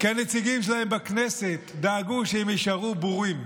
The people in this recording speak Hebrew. כי הנציגים שלהם בכנסת דאגו שהם יישארו בורים.